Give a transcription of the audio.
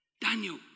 daniel